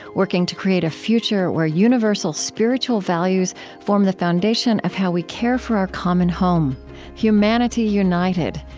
working to create a future where universal spiritual values form the foundation of how we care for our common home humanity united,